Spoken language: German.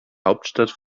hauptstadt